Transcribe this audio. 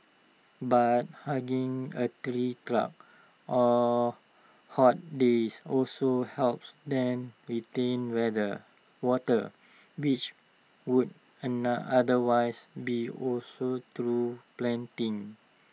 but hugging A tree trunk on hot days also helps then retain weather water which would otherwise be also through panting